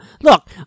Look